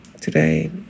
today